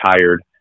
tired